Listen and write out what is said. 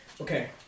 okay